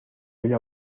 una